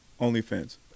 OnlyFans